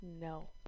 No